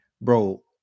bro